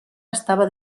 estava